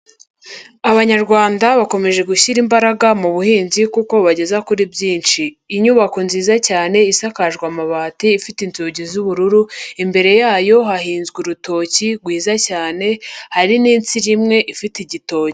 Abanyarwanda bakomeje gushyira imbaraga mu buhinzi kuko bubageza kuri byinshi. Inyubako nziza cyane isakajwe amabati, ifite inzugi z'ubururu. Imbere yayo hahinzwe urutoki rwiza cyane, hari n'insina imwe ifite igitoki.